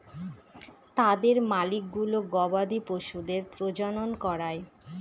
তাদের মালিকগুলো গবাদি পশুদের প্রজনন করায়